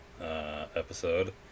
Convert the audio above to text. episode